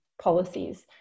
policies